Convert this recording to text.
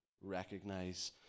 recognize